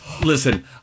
Listen